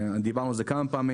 דיברנו על זה כמה פעמים.